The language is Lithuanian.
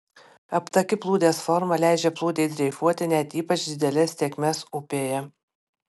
aptaki plūdės forma leidžia plūdei dreifuoti net ypač didelės tėkmės upėje